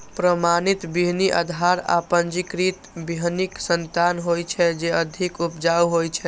प्रमाणित बीहनि आधार आ पंजीकृत बीहनिक संतान होइ छै, जे अधिक उपजाऊ होइ छै